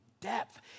depth